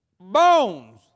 Bones